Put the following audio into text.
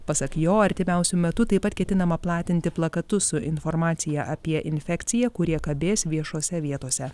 pasak jo artimiausiu metu taip pat ketinama platinti plakatus su informacija apie infekciją kurie kabės viešose vietose